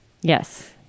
Yes